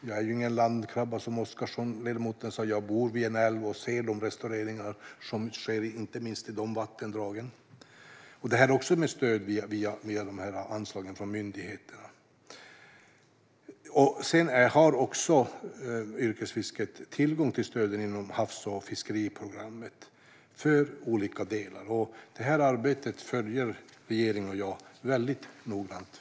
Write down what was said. Jag är ingen landkrabba, som ledamoten Oscarsson sa att han är. Jag bor vid en älv och ser de restaureringar som sker i vattendragen. Det sker också med anslag från myndigheterna. Yrkesfisket har också tillgång till stöden inom havs och fiskeriprogrammet för olika delar. Detta arbete följer regeringen och jag väldigt noggrant.